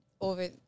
over